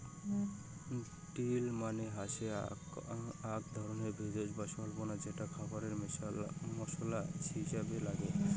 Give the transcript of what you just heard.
deal মানে হসে আক ধরণের ভেষজ বা স্বল্পা যেটো খাবারে মশলা হিছাবে নাগে